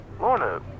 Lorna